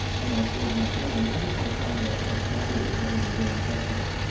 and i told my family, i just wanna find a family that's having their own festival.